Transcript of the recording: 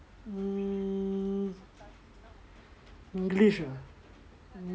mm english ah